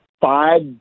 five